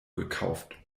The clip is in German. gekauft